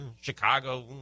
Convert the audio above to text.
Chicago